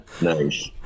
Nice